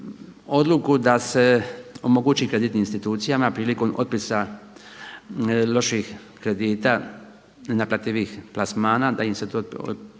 odluku da se omogući kreditnim institucijama prilikom otpisa loših kredita naplativih plasmana da im se to prizna